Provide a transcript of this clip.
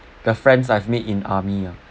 the friends I've made in army ah